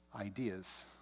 ideas